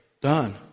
done